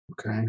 Okay